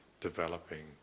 developing